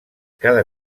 cada